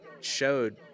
showed